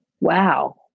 wow